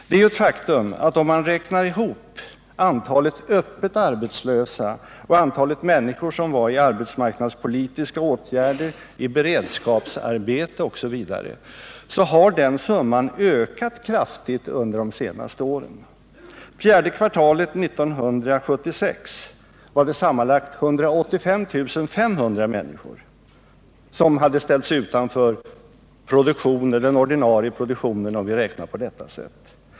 Det är ju ett faktum att antalet öppet arbetslösa och antalet människor som är föremål för arbetsmarknadspolitiska åtgärder, sysselsatta i beredskapsarbete osv. har ökat kraftigt under de senaste åren. Fjärde kvartalet 1976 var det sammanlagt 185 500 människor som hade ställts utanför den ordinarie produktionen, om vi räknar på detta sätt.